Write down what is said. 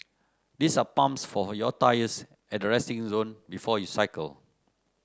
there are pumps for your tyres at the resting zone before you cycle